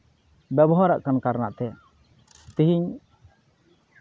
ᱵᱮᱵᱚᱦᱟᱨᱚᱜ ᱠᱟᱱ ᱠᱟᱨᱚᱱᱟᱜ ᱛᱮ ᱛᱤᱦᱤᱧ